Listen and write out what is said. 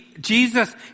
Jesus